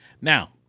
Now